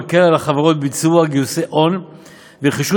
ומקל על החברות בביצוע גיוסי הון ורכישת